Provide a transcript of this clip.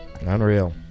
Unreal